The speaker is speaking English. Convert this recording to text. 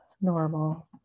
normal